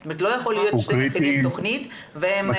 זאת אומרת שלא יכול להיות שתכינו תוכנית והם לא ידעו.